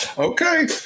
Okay